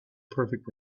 perfect